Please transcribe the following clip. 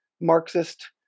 marxist